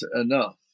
enough